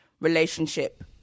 relationship